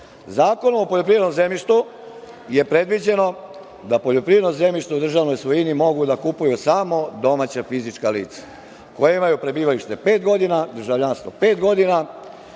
Zakonom o poljoprivrednom zemljištu je predviđeno da poljoprivredno zemljište u državnoj svojini mogu da kupuju samo domaća fizička lica koja imaju prebivalište pet godina, državljanstvo pet godina